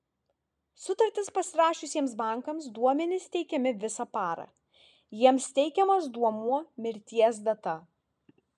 sutartis pasirašiusiems bankams duomenys teikiami visą parą jiems teikiamas duomuo mirties data